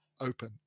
open